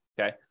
okay